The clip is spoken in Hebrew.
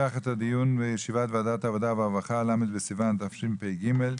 ל' בסיון התשפ"ג,